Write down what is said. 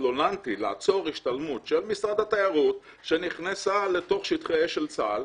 התלוננתי לעצור השתלמות של משרד התיירות שנכנסה לשטחי אש של צה"ל,